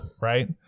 Right